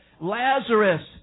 Lazarus